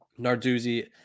Narduzzi